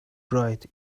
bride